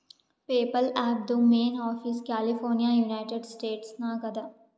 PayPal ಆ್ಯಪ್ದು main office California United States ನಾಗ್ ಅದಾ